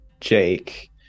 Jake